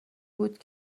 بود